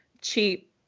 cheap